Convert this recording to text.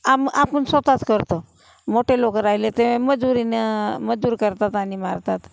आम आपण स्वतःच करतो मोठे लोकं राहिले ते मजुरीनं मजूर करतात आणि मारतात